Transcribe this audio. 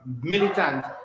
militant